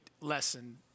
lesson